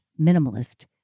minimalist